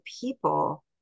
people